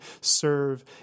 serve